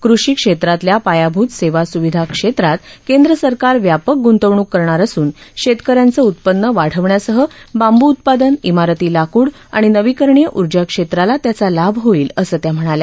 कृषीक्षेत्रातल्या पायाभूत सेवासुविधा क्षेत्रात केंद्रसरकार व्यापक गुंतवणूक करणार असून शेतक यांचं उत्पन्न वाढवण्यासह बांबुउत्पादन इमारती लाकूड आणि नवीकरणीय उर्जक्षेत्राला त्याचा लाभ होईल असं त्या म्हणाल्या